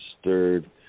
stirred